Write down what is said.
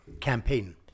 campaign